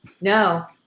No